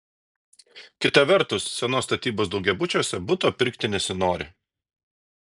kita vertus senos statybos daugiabučiuose buto pirkti nesinori